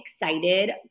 excited